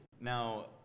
Now